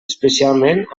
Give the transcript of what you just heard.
especialment